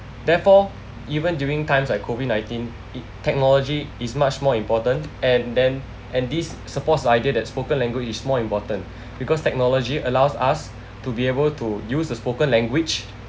therefore even during times like COVID nineteen it technology is much more important and then and this supports the idea that spoken language is more important because technology allows us to be able to use the spoken language